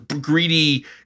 greedy